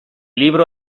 libro